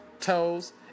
toes